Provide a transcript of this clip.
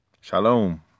Shalom